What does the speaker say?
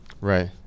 Right